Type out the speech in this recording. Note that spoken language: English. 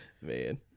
man